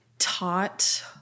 taught